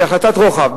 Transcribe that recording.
כהחלטת רוחב,